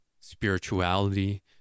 spirituality